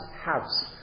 house